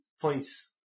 points